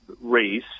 race